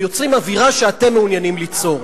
הם יוצרים אווירה שאתם מעוניינים ליצור.